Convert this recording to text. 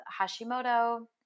Hashimoto